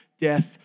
death